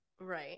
Right